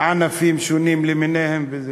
ענפים שונים למיניהם וזה.